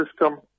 system